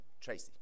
Tracy